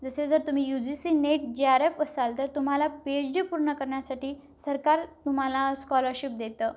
जसे जर तुम्ही U G C net J R F असाल तर तुम्हाला पी एच डी पूर्ण करण्यासाठी सरकार तुम्हाला स्कॉलरशिप देतं